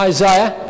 Isaiah